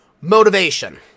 motivation